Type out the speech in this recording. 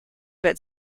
but